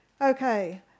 Okay